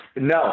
No